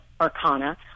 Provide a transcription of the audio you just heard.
arcana